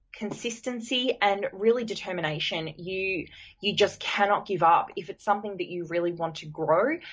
consistency and really, determination. you you just cannot give up. if it's something that you really want to grow,